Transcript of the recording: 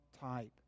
type